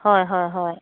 হয় হয় হয়